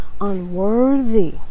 unworthy